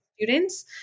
students